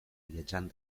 viatjant